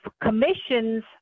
commissions